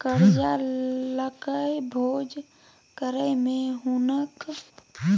करजा लकए भोज करय मे हुनक कैकटा ब्रहमोत्तर बिका गेलै